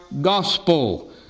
gospel